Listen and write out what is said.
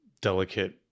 delicate